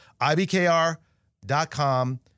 Ibkr.com